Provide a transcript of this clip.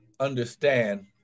understand